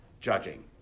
judging